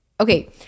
okay